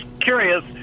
curious